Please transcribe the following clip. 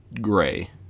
gray